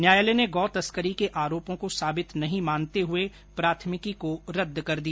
न्यायालय ने गौ तस्करी के आरोपो को साबित नहीं मानते हुए प्राथमिकी को रद्द कर दिया